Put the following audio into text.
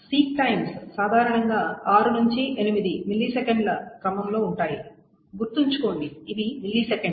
seek times సాధారణంగా 6 నుండి 8 మిల్లీసెకన్ల క్రమంలో ఉంటాయి గుర్తుంచుకోండి ఇవి మిల్లీసెకన్లు